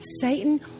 Satan